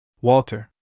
Walter